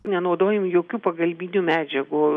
nenaudojam jokių pagalbinių medžiagų